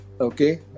okay